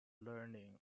learning